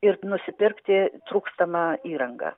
ir nusipirkti trūkstamą įrangą